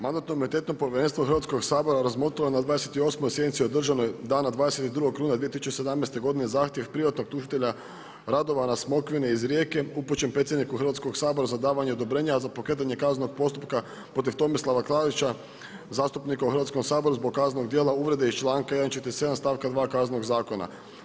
Mandatno imunitetnog povjerenstvo Hrvatskog sabora razmotrilo je na 28 sjednici održano dana 22.9.2017. zahtjev privatnog tužitelja Radovana Smokvin iz Rijeke upućen predsjedniku Hrvatskog sabora za davanje odobrenja, a za pokretanje kaznenog postupka protiv Tomislava Klarića, zastupnika u Hrvatskom saboru, zbog kaznenog dijela uvrede iz čl.147 stavka 2 Kaznenog zakona.